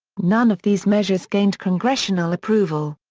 none of these measures gained congressional approval.